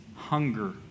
hunger